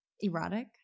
erotic